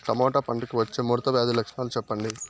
Tomato పంటకు వచ్చే ముడత వ్యాధి లక్షణాలు చెప్పండి?